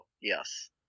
yes